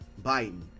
Biden